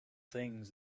things